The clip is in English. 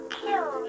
kill